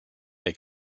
they